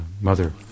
Mother